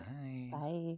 bye